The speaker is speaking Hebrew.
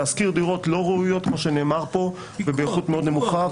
להשכיר דירות לא ראויות ובאיכות מאוד נמוכה,